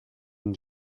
and